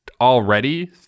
already